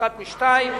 אחת משתיים,